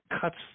cuts